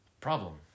problem